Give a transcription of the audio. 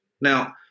Now